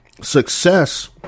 success